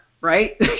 right